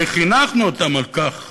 הרי חינכנו אותם על כך